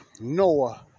Noah